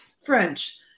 french